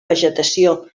vegetació